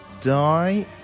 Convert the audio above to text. die